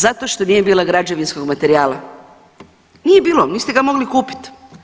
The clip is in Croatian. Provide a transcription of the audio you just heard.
Zato što nije bilo građevinskog materijala, nije bilo, niste ga mogli kupit.